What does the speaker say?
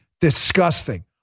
disgusting